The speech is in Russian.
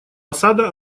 асада